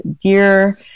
dear